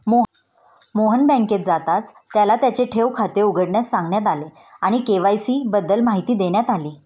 मोहन बँकेत जाताच त्याला त्याचे ठेव खाते उघडण्यास सांगण्यात आले आणि के.वाय.सी बद्दल माहिती देण्यात आली